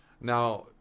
Now